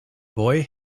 boy